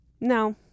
no